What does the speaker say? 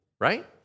right